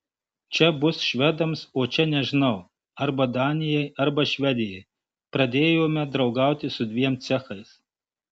čia bus švedams o čia nežinau arba danijai arba švedijai pradėjome draugauti su dviem cechais